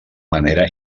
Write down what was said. manera